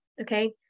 okay